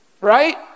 Right